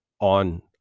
on